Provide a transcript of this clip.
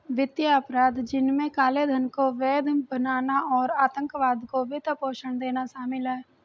वित्तीय अपराध, जिनमें काले धन को वैध बनाना और आतंकवाद को वित्त पोषण देना शामिल है